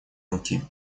руки